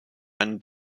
eine